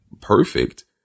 perfect